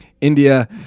India